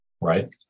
right